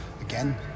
again